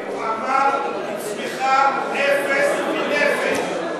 הוא אמר: צמיחה אפס לנפש,